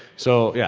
so, yeah